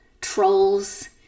trolls